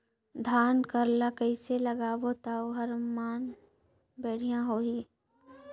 धान कर ला कइसे लगाबो ता ओहार मान बेडिया होही?